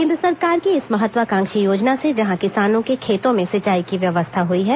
केंद्र सरकार की इस महत्वाकांक्षी योजना से जहां किसानों के खेतों में सिंचाई की व्यवस्था हई है